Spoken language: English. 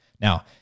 Now